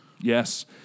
Yes